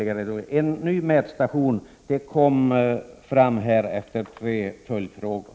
Beskedet om en ytterligare mätstation kom fram här efter tre följdfrågor.